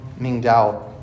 Mingdao